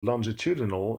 longitudinal